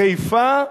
חיפה,